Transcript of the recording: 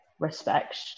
respect